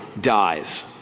dies